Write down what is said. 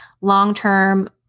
long-term